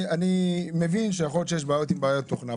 אני מבין שיכול להיות שיש בעיות עם התוכנה.